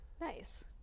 Nice